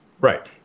Right